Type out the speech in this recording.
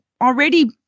already